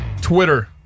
Twitter